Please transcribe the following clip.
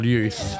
Youth